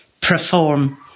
perform